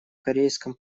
корейском